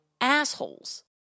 assholes